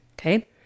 Okay